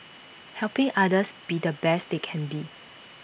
helping others be the best they can be